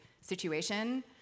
situation